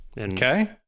okay